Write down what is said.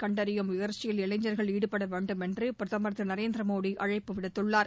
கண்டறியும் முயற்சியில் இளைஞர்கள் ஈடுபட வேண்டும் என்று பிரதமர் திரு நரேந்திரமோடி அழைப்பு விடுத்துள்ளார்